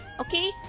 okay